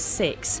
six